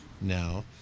now